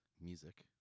music